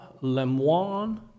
Lemoine